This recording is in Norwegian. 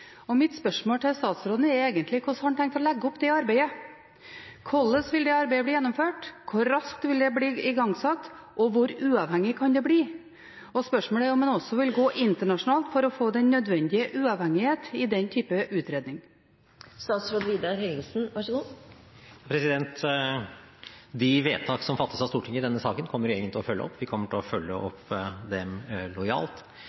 Mitt spørsmål til statsråden er: Hvordan har han tenkt å legge opp det arbeidet? Hvorledes vil det arbeidet bli gjennomført, hvor raskt vil det bli igangsatt, og hvor uavhengig kan det bli? Spørsmålet er om han også vil gå internasjonalt for å få den nødvendige uavhengighet i den type utredning. De vedtak som fattes av Stortinget i denne saken, kommer regjeringen til å følge opp. Vi kommer til å følge dem opp lojalt,